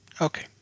Okay